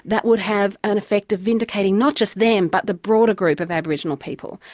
that would have an effect of vindicating not just them, but the broader group of aboriginal people.